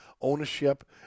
ownership